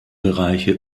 bereiche